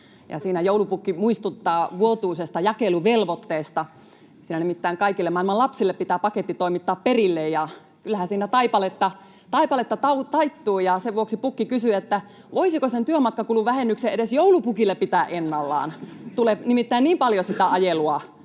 joulupukki muistuttaa vuotuisesta jakeluvelvoitteesta. Siinä nimittäin kaikille maailman lapsille pitää paketti toimittaa perille. [Juha Mäenpää: Se on lakossa!] Kyllähän siinä taipaletta taittuu, ja sen vuoksi pukki kysyi, voisiko sen työmatkakuluvähennyksen edes joulupukille pitää ennallaan, tulee nimittäin niin paljon sitä ajelua.